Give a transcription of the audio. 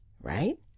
right